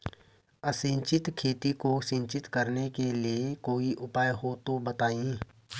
असिंचित खेती को सिंचित करने के लिए कोई उपाय हो तो बताएं?